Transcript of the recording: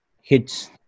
hits